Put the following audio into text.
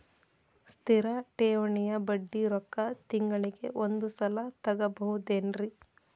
ಸ್ಥಿರ ಠೇವಣಿಯ ಬಡ್ಡಿ ರೊಕ್ಕ ತಿಂಗಳಿಗೆ ಒಂದು ಸಲ ತಗೊಬಹುದೆನ್ರಿ?